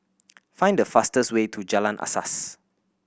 find the fastest way to Jalan Asas